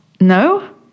no